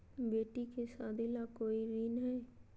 बेटी के सादी ला कोई ऋण हई?